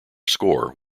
score